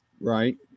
Right